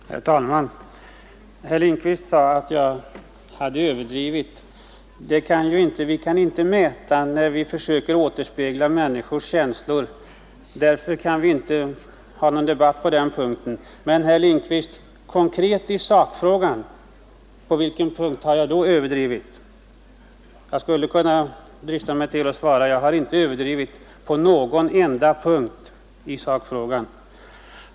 Herr talman! Herr Lindkvist sade att jag överdrev. Men vi kan inte mäta eller återspegla människors känslor; därför kan vi inte ha någon debatt om det. Men, herr Lindkvist, på vilken punkt har jag då överdrivit konkret och i sakfrågan? Jag vill drista mig att svara själv, att jag inte har överdrivit på en enda punkt i sakfrågan.